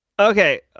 Okay